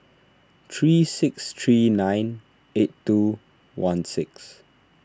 three six three nine eight two one six